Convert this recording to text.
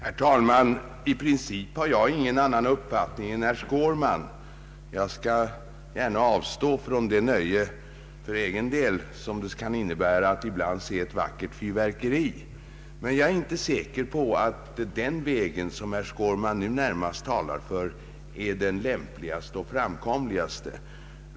Herr talman! I princip har jag ingen annan uppfattning än herr Skårman. Jag skall gärna för egen del avstå från det nöje som det kan innebära att ibland se ett vackert fyrverkeri. Men jag är inte säker på att den väg som herr Skårman nu närmast talar för är den lämpligaste och framkomligaste.